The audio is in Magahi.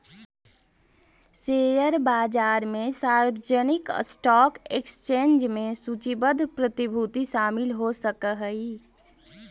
शेयर बाजार में सार्वजनिक स्टॉक एक्सचेंज में सूचीबद्ध प्रतिभूति शामिल हो सकऽ हइ